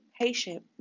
patient